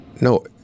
No